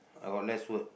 I got less word